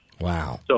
Wow